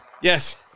Yes